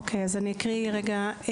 אוקיי, אקריא רגע.